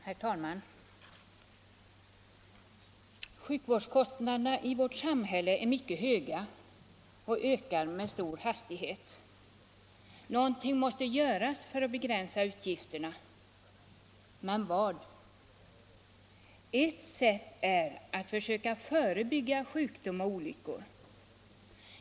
Herr talman! Sjukvårdskostnaderna i vårt samhälle är mycket höga och ökar med stor hastighet. Något måste göras för att begränsa utgifterna. Men vad? Ett sätt är att försöka förebygga sjukdom och olyckor.